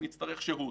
נצטרך שהות.